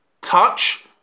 touch